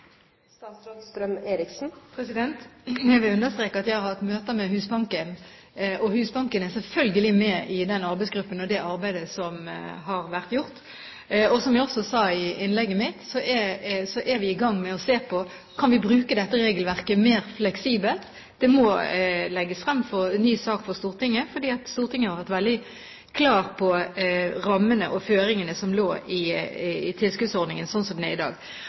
Jeg vil understreke at jeg har hatt møter med Husbanken, og Husbanken er selvfølgelig med i den arbeidsgruppen og det arbeidet som har vært gjort. Og som jeg også sa i innlegget mitt, så er vi i gang med å se på om vi kan bruke dette regelverket mer fleksibelt. Det må legges frem ny sak for Stortinget, for Stortinget har vært veldig klar på rammene og føringene som lå i tilskuddsordningen slik den er i dag.